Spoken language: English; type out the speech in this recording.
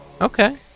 Okay